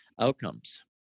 outcomes